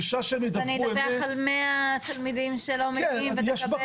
אם אני אדווח על 100 תלמידים שלא מגיעים ותקבל